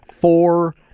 four